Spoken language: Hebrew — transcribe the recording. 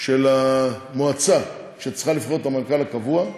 של המועצה שצריכה לבחור את המנכ"ל הקבוע,